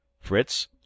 Fritz